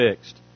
fixed